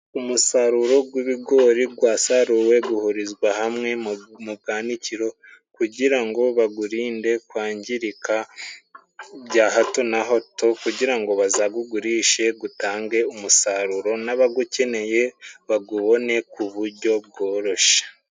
Umusaruro w'ibigori wasaruwe， uhurizwa hamwe mu bwanikiro kugira ngo bagurinde kwangirika bya hato na hato， kugira ngo bazagugurishe gutange umusaruro n'abagukeneye bagubone ku buryo bworoshye.